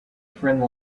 friend